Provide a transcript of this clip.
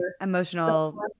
emotional